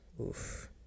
Oof